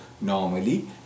normally